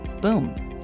Boom